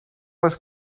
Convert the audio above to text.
was